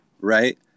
right